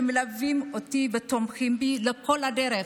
שמלווים אותי ותומכים בי כל הדרך,